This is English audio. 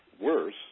worse